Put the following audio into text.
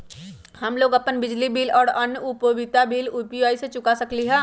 हम लोग अपन बिजली बिल और अन्य उपयोगिता बिल यू.पी.आई से चुका सकिली ह